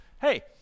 Hey